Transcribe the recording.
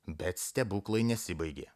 bet stebuklai nesibaigė